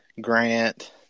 Grant